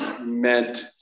meant